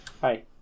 Hi